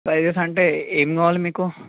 prices అంటే ఏమి కావాలి మీకు